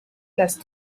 las